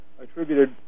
attributed